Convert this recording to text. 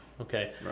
okay